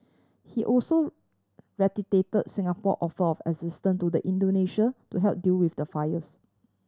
he also reiterate Singapore offer of assistance to the Indonesian to help deal with the fires